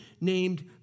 named